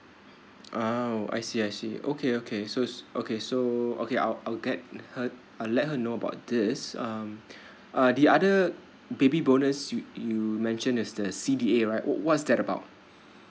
ah I see I see okay okay so okay so okay I'll I'll get her I'll let her know about this um uh the other baby bonus you you mentioned is the C D A right what's that about